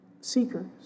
seekers